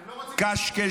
אתם לא רוצים, קשקשנים.